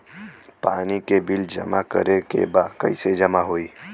पानी के बिल जमा करे के बा कैसे जमा होई?